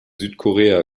südkorea